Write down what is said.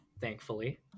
Thankfully